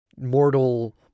mortal